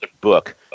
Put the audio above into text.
book